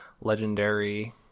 legendary